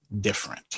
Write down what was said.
different